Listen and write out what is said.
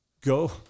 Go